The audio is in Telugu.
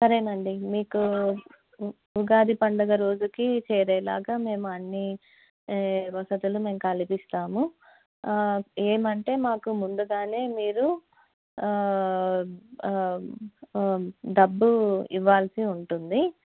సరేనండి మీకు ఉగాది పండగ రోజుకి చేరేలాగా మేము అన్ని వసతులు మేము కల్పిస్తాము ఏమంటే మాకు ముందుగానే మీరు డబ్బు ఇవ్వాల్సి ఉంటుంది